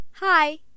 Hi